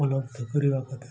ଉପଲବ୍ଧ କରିବା କଥା